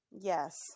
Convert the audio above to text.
Yes